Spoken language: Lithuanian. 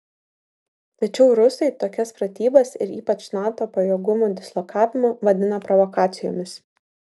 tačiau rusai tokias pratybas ir ypač nato pajėgumų dislokavimą vadina provokacijomis